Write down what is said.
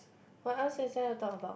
what else is there talk about